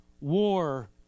war